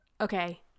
okay